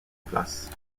place